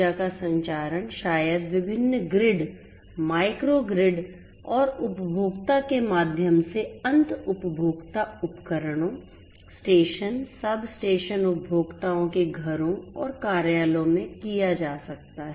ऊर्जा का संचारण शायद विभिन्न ग्रिड माइक्रो ग्रिड और उपभोक्ता के माध्यम से अंत उपभोक्ता उपकरणों स्टेशन सबस्टेशन उपभोक्ताओं के घरों और कार्यालयों में किया जा सकता है